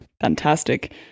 fantastic